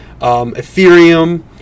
Ethereum